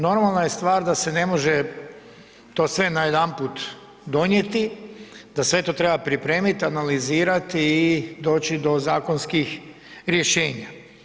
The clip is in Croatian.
Normalna stvar je da se ne može to sve najedanput donijeti, da sve to treba pripremiti, analizirati i doći do zakonskih rješenja.